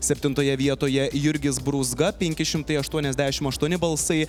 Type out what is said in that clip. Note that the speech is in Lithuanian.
septintoje vietoje jurgis brūzga penki šimtai aštuoniasdešimt aštuoni balsai